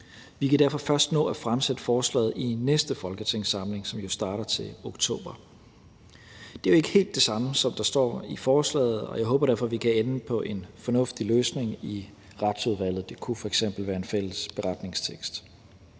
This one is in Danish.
Vi kan derfor først nå at fremsætte forslaget i næste folketingssamling, som jo starter til oktober. Det er jo ikke helt det samme som det, der står i forslaget, men jeg håber, at vi kan ende på en fornuftig løsning i Retsudvalget alligevel, og det kunne f.eks. være en fælles beretningstekst.